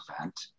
event